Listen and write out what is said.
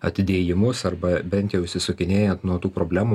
atidėjimus arba bent jau išsisukinėjant nuo tų problemų